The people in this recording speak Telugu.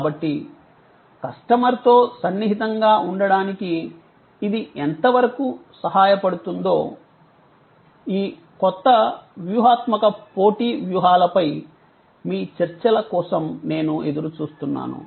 కాబట్టి కస్టమర్తో సన్నిహితంగా ఉండటానికి ఇది ఎంతవరకు సహాయపడుతుందో ఈ కొత్త వ్యూహాత్మక పోటీ వ్యూహాలపై మీ చర్చల కోసం నేను ఎదురుచూస్తున్నాను